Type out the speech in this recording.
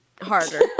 harder